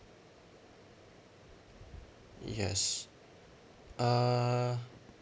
yes uh